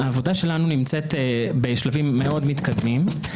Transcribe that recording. העבודה שלנו נמצאת בשלבים מאוד מתקדמים.